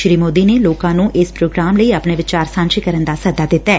ਸ੍ਰੀ ਸੋਦੀ ਨੇ ਲੋਕਾਂ ਨੂੰ ਇਸ ਪ੍ਰੋਗਰਾਮ ਲਈ ਆਪਣੇ ਵਿਚਾਰ ਸਾਂਝੇ ਕਰਨ ਦਾ ਸੱਦਾ ਦਿੱਤੈ